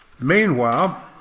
Meanwhile